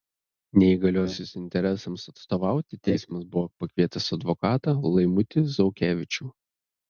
neįgaliosios interesams atstovauti teismas buvo pakvietęs advokatą laimutį zaukevičių